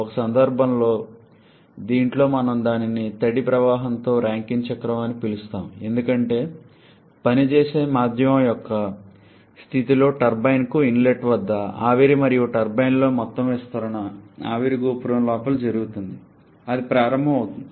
ఒక సందర్భంలో దీంట్లో మనము దానిని తడి ప్రవాహంతో రాంకైన్ చక్రం అని పిలుస్తాము ఎందుకంటే పని చేసే మాధ్యమం యొక్క స్థితిలో టర్బైన్కు ఇన్లెట్ వద్ద ఆవిరి మరియు టర్బైన్లోని మొత్తం విస్తరణ ఆవిరి గోపురం లోపల జరుగుతుంది అది ప్రారంభమవుతుంది